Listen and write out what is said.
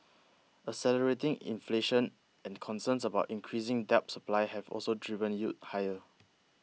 accelerating inflation and concerns about increasing debt supply have also driven yields higher